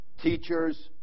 teachers